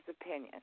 opinion